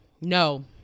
no